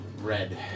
Red